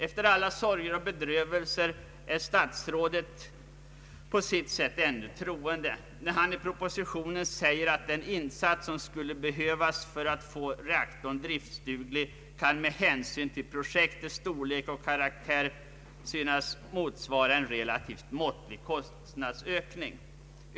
Efter alla sorger och bedrövelser är statsrådet på sitt sätt ännu troende när han i propositionen säger att den insats som skulle behövas för att få reaktorn livsduglig med hänsyn till projektets storlek och karaktär kan synas motsvara en relativt måttlig kostnadsökning.